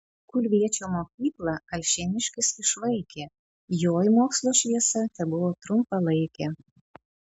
kulviečio mokyklą alšėniškis išvaikė joj mokslo šviesa tebuvo trumpalaikė